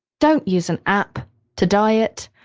don't use an app to diet.